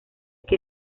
que